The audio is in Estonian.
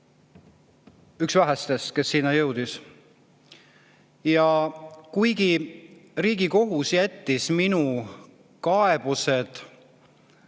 üks vähestest, kes sinna jõudis. Kuigi Riigikohus jättis minu kaebused